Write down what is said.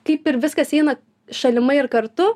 kaip ir viskas eina šalimai ir kartu